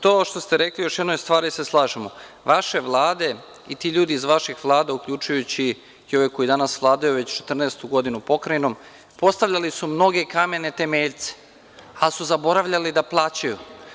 To što ste rekli, još u jednoj stvari se slažemo, vaše vlade i ti ljudi iz vaših vlada, uključujući i ove koji danas vladaju već četrnaestu godinu pokrajinom, postavljali su mnoge kamene temeljce, ali su zaboravljali da plaćaju.